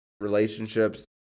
relationships